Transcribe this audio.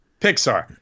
Pixar